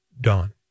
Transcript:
dawn